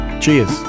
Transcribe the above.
Cheers